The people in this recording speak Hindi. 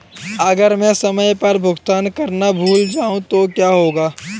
अगर मैं समय पर भुगतान करना भूल जाऊं तो क्या होगा?